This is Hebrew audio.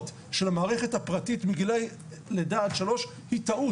של המערכת הפרטית מגילאי לידה עד שלוש היא טעות.